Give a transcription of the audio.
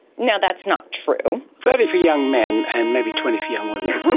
now, that's not true. thirty for young men and maybe twenty for young women.